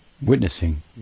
Witnessing